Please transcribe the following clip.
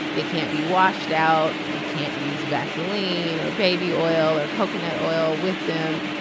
they can't be washed out. you can't use vaseline or baby oil or coconut oil with them.